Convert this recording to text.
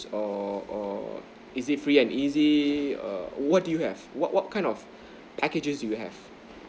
or or is it free and easy err what do you have what what kind of packages do you have